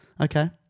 Okay